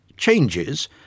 changes